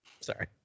sorry